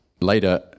Later